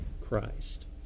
Christ